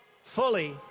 fully